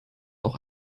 auch